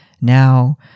now